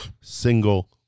single